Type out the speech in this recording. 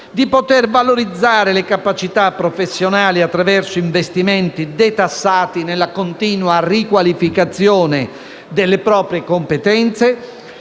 di poter valorizzare le capacità professionali attraverso investimenti detassati nella continua riqualificazione delle proprie competenze,